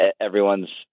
everyone's